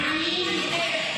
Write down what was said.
הם עניים יותר.